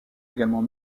également